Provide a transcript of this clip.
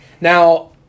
Now